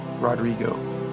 Rodrigo